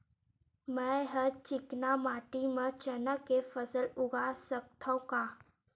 मै ह चिकना माटी म चना के फसल उगा सकथव का?